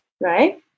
right